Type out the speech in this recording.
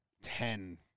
ten